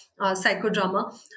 psychodrama